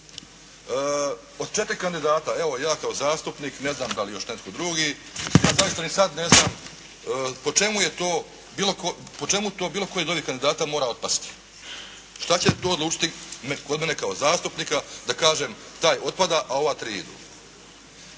Od 4 kandidata evo ja kao zastupnik ne znam da li još netko drugi, zašto ni sad ne znam po čemu to bilo koji od ovih kandidata mora otpasti. Šta će to odlučiti kod mene kao zastupnika taj otpada, a ova tri idu.